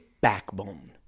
backbone